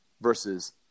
versus